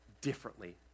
differently